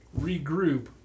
regroup